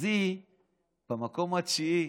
אז היא במקום התשיעי.